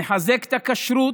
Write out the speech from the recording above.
נחזק את הכשרות,